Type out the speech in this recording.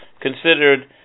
considered